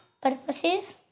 purposes